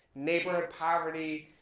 neighborhood poverty,